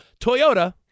Toyota